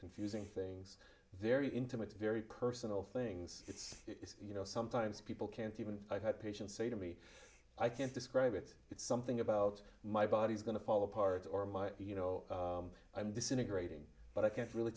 confusing things very intimate very personal things that you know sometimes people can't even i've had patients say to me i can't describe it but something about my body is going to fall apart or my you know i'm disintegrating but i can't really